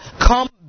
come